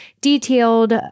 detailed